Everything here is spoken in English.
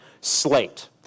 slate